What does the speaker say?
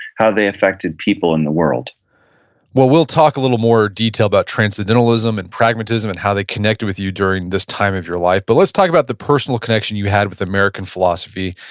how they affected people in the world well, we'll talk in a little more detail about transcendentalism and pragmatism and how they connected with you during this time of your life, but let's talk about the personal connection you had with american philosophy.